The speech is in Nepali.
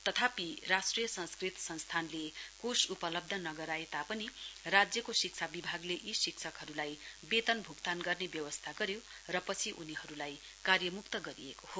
तथापि राष्ट्रिय संस्कृत संगठनले कोष उपलब्ध नगराए तापनि राज्यको शिक्षा विभागले यी शिक्षकहरुलाई वेतन भूक्तान गर्ने व्यवस्था गरियो र पचि उनीहरुलाई कार्यमुक्त गरिएको हो